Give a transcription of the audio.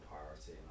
priority